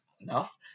enough